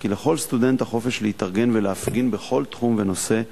כי לכל סטודנט החופש להתארגן ולהפגין בכל תחום ונושא,